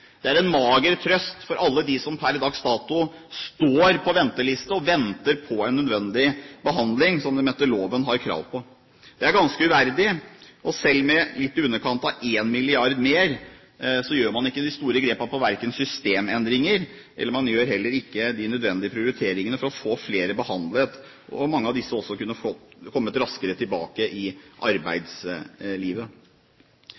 mager trøst for alle dem som per dags dato står på venteliste og venter på en nødvendig behandling som de etter loven har krav på. Det er ganske uverdig. Selv med litt i underkant av 1 mrd. kr mer, gjør man ikke de store grepene når det gjelder systemendringer. Man gjør heller ikke de nødvendige prioriteringene for å få flere behandlet. Mange av disse kunne også kommet raskere tilbake